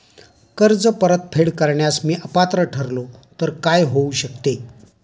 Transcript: कर्ज परतफेड करण्यास मी अपात्र ठरलो तर काय होऊ शकते?